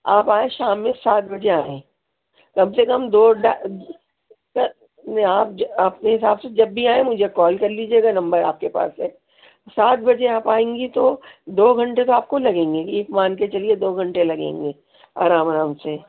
آپ آئیں شام میں سات بجے آئیں کم سے کم دو ڈھا نہیں آپ جب اپنے حساب سے جب بھی آئی مجھے کال کر لیجیے گا نمبر آپ کے پاس ہے سات بجے آپ آئیں گی تو دو گھنٹے تو آپ کو لگیں گے ہی یہ تو مان کے چلیے دو گھنٹے لگیں گے آرام آرام سے